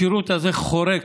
השירות הזה חורק.